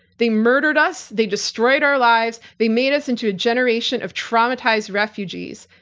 they murdered us, they destroyed our lives, they made us into a generation of traumatized refugees.